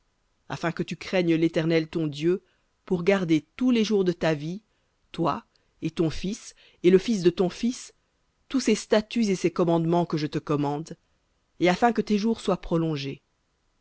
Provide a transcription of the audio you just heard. afin que tu craignes l'éternel ton dieu pour garder tous les jours de ta vie toi et ton fils et le fils de ton fils tous ses statuts et ses commandements que je te commande et afin que tes jours soient prolongés